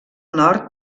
nord